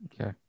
okay